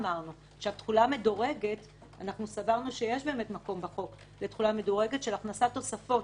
אנחנו סברנו שיש מקום בחוק לתחולה מדורגת של הכנסת תוספות.